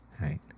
right